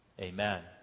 Amen